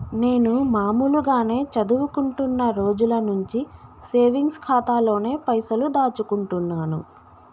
నేను మామూలుగానే చదువుకుంటున్న రోజుల నుంచి సేవింగ్స్ ఖాతాలోనే పైసలు దాచుకుంటున్నాను